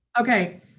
okay